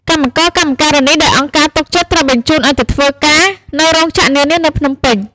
កម្មករ កម្មការនី ដែលអង្គការទុកចិត្តត្រូវបញ្ជូនឱ្យទៅធ្វើការនៅរោងចក្រនានានៅភ្នំពេញ។